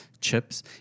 chips